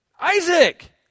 Isaac